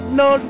no